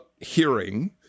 hearing